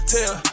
Tell